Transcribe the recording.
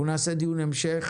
אנחנו נעשה דיון המשך